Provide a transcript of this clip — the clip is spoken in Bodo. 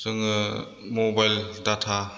जोङो मबाइल डाटा